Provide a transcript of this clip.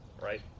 right